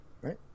Right